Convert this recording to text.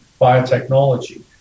biotechnology